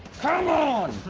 come on.